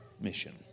mission